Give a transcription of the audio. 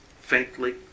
faintly